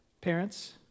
parents